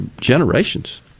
generations